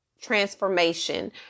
Transformation